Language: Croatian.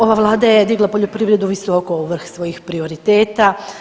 Ova Vlada je digla poljoprivredu visoko u vrh svojih prioriteta.